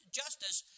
justice